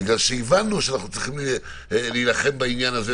בגלל שהבנו שאנחנו צריכים להילחם בעניין.